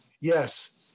Yes